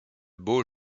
beau